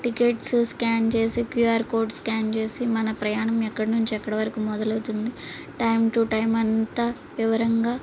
tickets scan చేసి QR code scan చేసి మన ప్రయాణం ఎక్కడి నుంచి ఎక్కడి వరకు మొదలవుతుంది టైం టు టైం అంతా వివరంగా